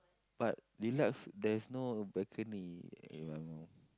but deluxe there is no balcony